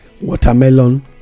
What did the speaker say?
watermelon